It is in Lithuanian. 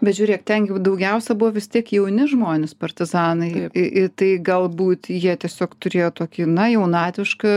bet žiūrėk ten juk daugiausiai buvo vis tiek jauni žmonės partizanai i i tai galbūt jie tiesiog turėjo tokį na jaunatvišką